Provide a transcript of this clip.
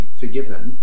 forgiven